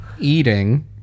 Eating